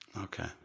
Okay